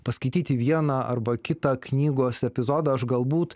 paskaityti vieną arba kitą knygos epizodą aš galbūt